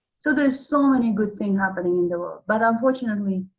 so there are so many good things happening in the world. but unfortunately,